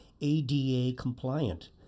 ADA-compliant